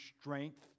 strength